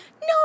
No